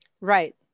Right